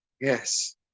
yes